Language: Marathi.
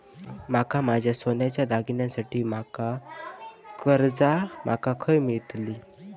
माका माझ्या सोन्याच्या दागिन्यांसाठी माका कर्जा माका खय मेळतल?